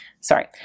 Sorry